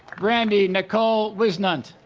brandi nicole whisnant